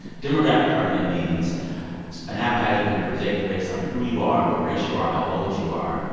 demographic targeting means an advertiser can predict based on who you are, what race you are, how old you are,